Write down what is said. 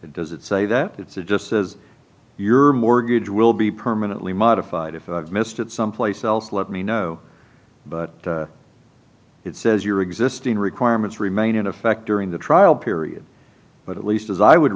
does it say that it's it just says your mortgage will be permanently modified if i've missed it someplace else let me know but it says your existing requirements remain in effect during the trial period but at least as i would